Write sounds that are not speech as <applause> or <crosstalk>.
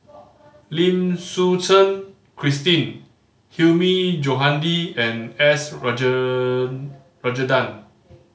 Lim Suchen Christine Hilmi Johandi and S <unintelligible> Rajendran